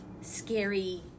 scary